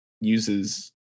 uses